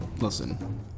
listen